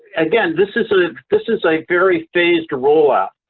again, this is ah this is a very phased rollout,